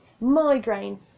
migraine